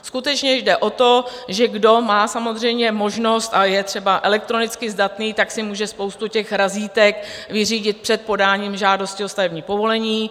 Skutečně jde o to, že kdo má samozřejmě možnost a je třeba elektronicky zdatný, tak si může spoustu razítek vyřídit před podáním žádosti o stavební povolení.